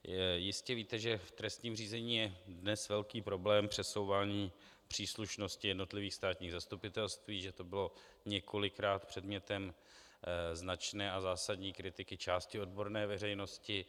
Jistě víte, že v trestním řízení je dnes velký problém přesouvání příslušnosti jednotlivých státních zastupitelství, že to bylo několikrát předmětem značné a zásadní kritiky části odborné veřejnosti.